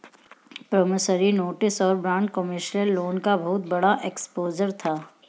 promissory notes और bad commercial loan का बहुत बड़ा एक्सपोजर था